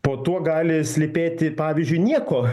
po tuo gali slypėti pavyzdžiui nieko